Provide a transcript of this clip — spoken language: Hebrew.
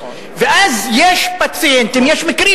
יש מקרים,